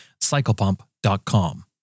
cyclepump.com